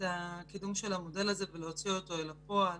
הקידום של המודל הזה ולהוציא אותו לפועל.